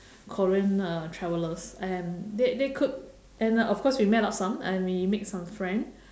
korean uh travelers and they they could and of course we met up some and we make some friend